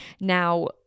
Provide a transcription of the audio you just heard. Now